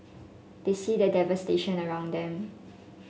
they see the devastation around them